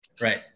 Right